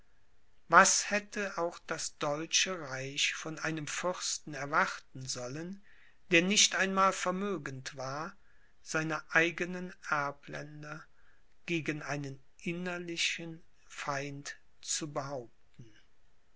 was hätte auch das deutsche reich von einem fürsten erwarten sollen der nicht einmal vermögend war seine eigenen erbländer gegen einen innerlichen feind zu behaupten